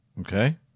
Okay